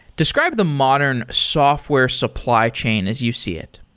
describe the modern software supply chain as you see it.